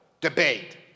debate